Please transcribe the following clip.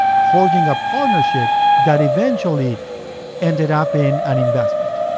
forging a partnership that eventually ended up in an investment.